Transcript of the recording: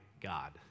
God